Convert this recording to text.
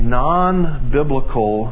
non-biblical